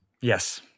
yes